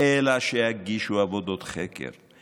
אלא שיגישו עבודות חקר.